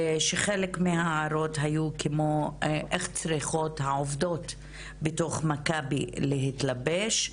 שחלק מההערות היו כמו איך צריכות העובדות בתוך מכבי להתלבש,